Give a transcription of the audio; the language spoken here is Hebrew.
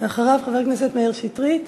אחריו, חבר הכנסת שטרית.